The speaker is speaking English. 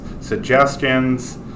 suggestions